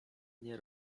nie